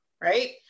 right